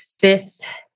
Fifth